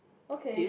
okay